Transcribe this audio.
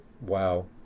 Wow